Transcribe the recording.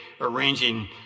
arranging